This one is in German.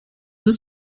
ist